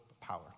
power